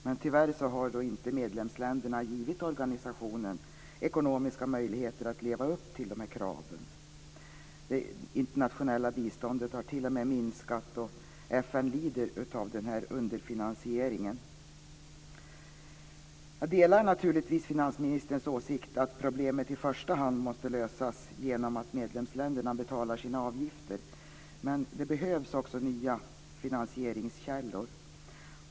Men tyvärr har medlemsländerna inte gett organisationen ekonomiska möjligheter att leva upp till dessa krav. Det internationella biståndet har t.o.m. minskat, och FN lider av denna underfinansisering. Jag delar naturligtvis finansministerns åsikt att problemet i första hand måste lösas genom att medlemsländerna betalar sina avgifter. Men det behövs också nya finansieringskällor.